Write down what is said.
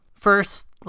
First